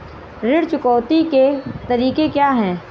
ऋण चुकौती के तरीके क्या हैं?